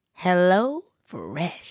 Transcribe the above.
HelloFresh